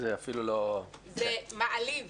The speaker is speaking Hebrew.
זה מעליב,